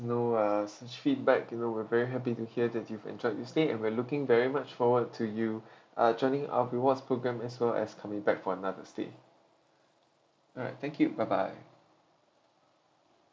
know uh such feedback you know we're very happy to hear that you've enjoyed your stay and we're looking very much forward to you uh joining our rewards program as well as coming back for another stay alright thank you bye bye